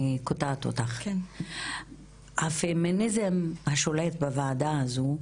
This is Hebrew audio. קוטעת אותך הפמיניזם השולט בוועדה הזו,